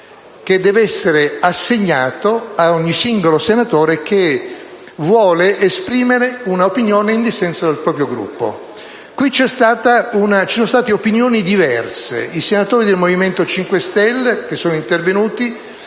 che deve essere assegnato ad ogni singolo senatore che vuole esprimere un'opinione in dissenso dal proprio Gruppo. Ci sono state opinioni diverse: i senatori del Movimento 5 Stelle che sono intervenuti